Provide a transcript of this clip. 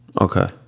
Okay